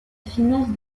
finesse